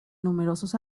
numerosos